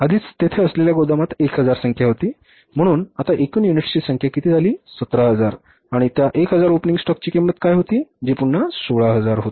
आधीच तेथे असलेल्या गोदामात 1000 संख्या होती म्हणून आता एकूण युनिट्सची संख्या किती झाली 17000 आणि त्या 1000 ओपनिंग स्टॉकची किंमत काय होती जी पुन्हा 16000 होती